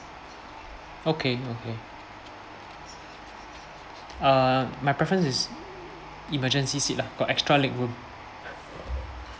okay okay uh my preference is emergency seat lah got extra leg room